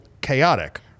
chaotic